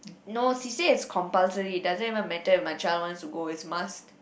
no she say is compulsory doesn't even matter if my child wants to go is must